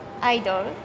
idol